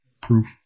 proof